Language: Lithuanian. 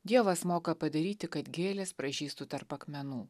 dievas moka padaryti kad gėlės pražystų tarp akmenų